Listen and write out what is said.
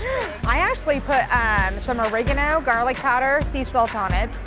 i actually put ah um some oregano, garlic powder seasalt on it,